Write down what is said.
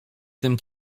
tym